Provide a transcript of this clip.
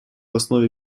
основе